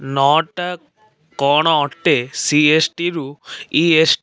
ନଅଟା କ'ଣ ଅଟେ ସି ଏସ୍ ଟି ରୁ ଇ ଏସ୍ ଟି